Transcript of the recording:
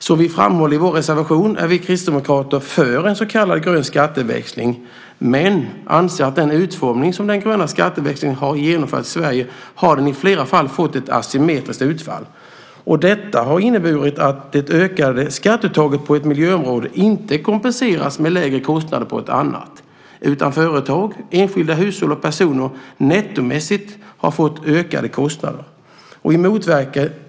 Som vi framhåller i vår reservation är vi kristdemokrater för en så kallad grön skatteväxling, men anser att i den utformning som den gröna skatteväxlingen har genomförts i Sverige har den i flera fall fått ett asymmetriskt utfall. Detta har inneburit att det ökade skatteuttaget på ett miljöområde inte kompenseras med lägre kostnader på ett annat. Företag, enskilda hushåll och personer har nettomässigt fått ökade kostnader.